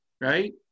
Right